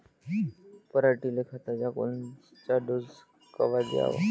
पऱ्हाटीले खताचा कोनचा डोस कवा द्याव?